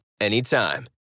anytime